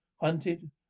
hunted